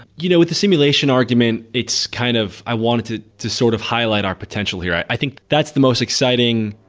you know with the simulation argument, kind of i wanted to to sort of highlight our potential here. i i think that's the most exciting.